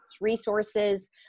resources